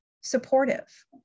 supportive